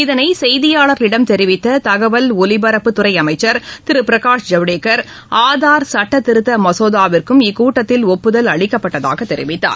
இதனை செய்தியாளர்களிடம் தெரிவித்த தகவல் ஒலிபரப்புத்துறை அமைச்சர் திரு பிரகாஷ் ஜவ்டேகர் ஆதார் சட்டத்திருத்த மசோதாவிற்கும் இக்கூட்டத்தில் ஒப்புதல் அளிக்கப்பட்டதாக தெரிவித்தார்